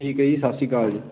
ਠੀਕ ਹੈ ਜੀ ਸਤਿ ਸ਼੍ਰੀ ਅਕਾਲ ਜੀ